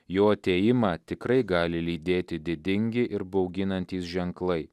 jo atėjimą tikrai gali lydėti didingi ir bauginantys ženklai